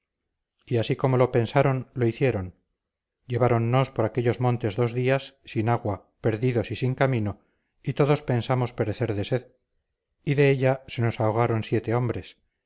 y así como lo pensaron lo hicieron lleváronnos por aquellos montes dos días sin agua perdidos y sin camino y todos pensamos perecer de sed y de ella se nos ahogaron siete hombres